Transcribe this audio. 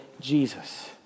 Jesus